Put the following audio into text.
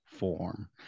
form